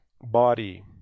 body